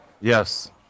Yes